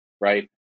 right